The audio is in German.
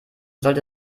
sollte